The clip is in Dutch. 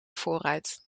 voorruit